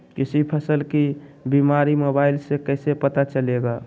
किसी फसल के बीमारी मोबाइल से कैसे पता चलेगा?